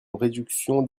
réduction